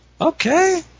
Okay